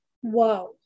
whoa